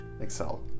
Excel